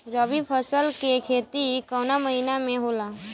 रवि फसल के खेती कवना महीना में होला?